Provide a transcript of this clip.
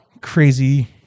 crazy